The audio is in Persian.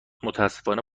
متاسفانه